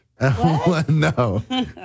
No